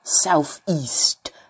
Southeast